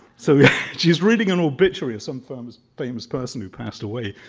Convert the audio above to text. so she's reading an obituary of some famous famous person who passed away,